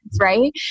right